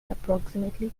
approximately